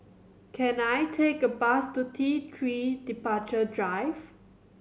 can I take a bus to T Three Departure Drive